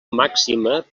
màxima